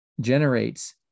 generates